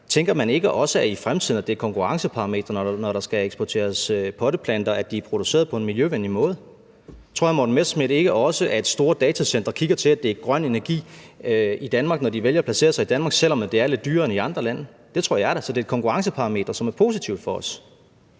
Tænker man ikke også, at det i fremtiden er et konkurrenceparameter, når der skal eksporteres potteplanter, at de er produceret på en miljøvenlig måde? Tror hr. Morten Messerschmidt ikke også, at store datacentre kigger til, at det er grøn energi i Danmark, når de vælger at placere sig i Danmark, selv om det er lidt dyrere end i andre lande? Det tror jeg da. Så det er et konkurrenceparameter, som er positivt for os.